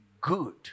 good